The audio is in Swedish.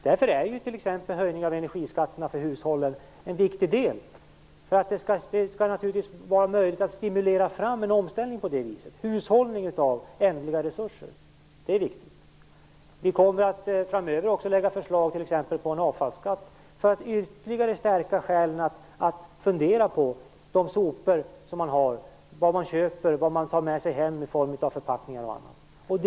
Därför är t.ex. höjning av energiskatterna för hushållen en viktig del. Det skall naturligtvis vara möjligt att stimulera fram en omställning på det viset, och en hushållning av ändliga resurser. Framöver kommer regeringen att lägga fram förslag på t.ex. en avfallsskatt för att ytterligare stärka skälen att fundera på vilka sopor man har, vad man köper och vad man tar med sig hem i form av förpackningar osv.